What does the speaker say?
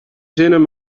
zinnen